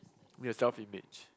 your self image